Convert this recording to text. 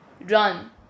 run